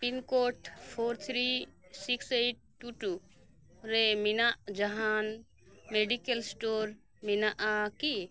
pin code four three six eight two two ᱨᱮ ᱢᱮᱱᱟᱜ ᱡᱟᱦᱟᱱ ᱢᱮᱰᱤᱠᱮᱞ ᱥᱴᱳᱨ ᱢᱮᱱᱟᱜᱼᱟ ᱠᱤ